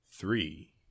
Three